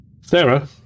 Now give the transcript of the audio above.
Sarah